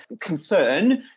concern